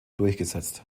durchgesetzt